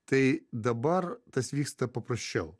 tai dabar tas vyksta paprasčiau